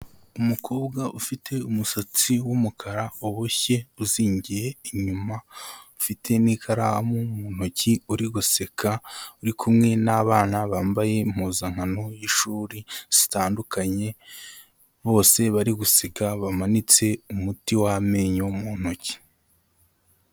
Umukobwa ufite umusatsi w'umukara uboshye uzingiye inyuma ufite n'ikaramu mu ntoki uri guseka uri kumwe n'abana bambaye impuzankano y'ishuri zitandukanye, bose bari guseka bamanitse umuti w'amenyo mu ntoki.